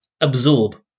absorb